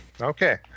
Okay